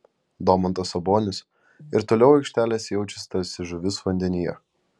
domantas sabonis ir toliau aikštelėse jaučiasi tarsi žuvis vandenyje